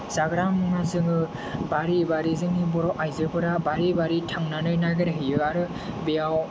जाग्रा मुवा जोङो बारि बारि जोंनि बर' आइजोफोरा बारि बारि थांनानै नागिरहैयो आरो बेयाव